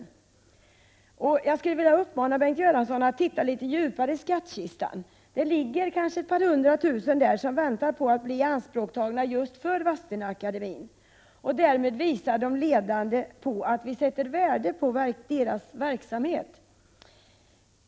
Jag vill uppmana Bengt 3 ä y88' ä R s « ä ;” deltidsgrupperna inom Göransson att titta litet djupare i skattkistan — det ligger kanske ett par i förskolan hundra tusen där, som väntar på att bli ianspråktagna just för Vadstenaakademien — och därmed visa de ledande att vi sätter värde på deras verksamhet.